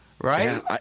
right